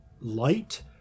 light